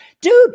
Dude